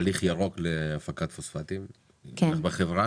ירוק להפקת פוספטים בחברה?